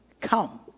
come